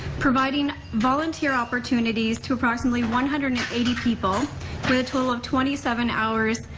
providing volunteer opportunities to approximately one hundred and eighty people with a total of twenty seven hours,